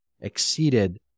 exceeded